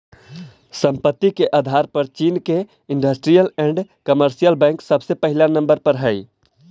संपत्ति के आधार पर चीन के इन्डस्ट्रीअल एण्ड कमर्शियल बैंक सबसे पहिला नंबर पर हई